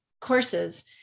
courses